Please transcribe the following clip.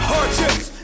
Hardships